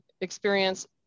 experience